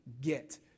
get